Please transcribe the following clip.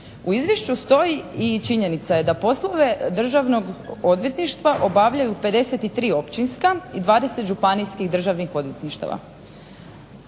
U izvješću stoji i činjenica je da poslove državnog odvjetništva obavljaju 53 općinska i 20 županijskih državnih odvjetništava.